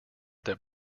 that